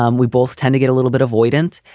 um we both tend to get a little bit avoidant.